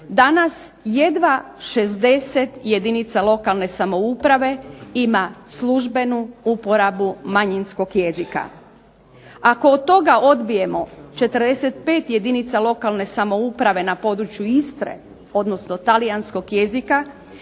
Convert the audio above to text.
danas jedva 60 jedinica lokalne samouprave ima službenu uporabu manjinskog jezika. Ako od toga odbijemo 45 jedinica lokalne samouprave na području Istre, odnosno Talijanskog jezika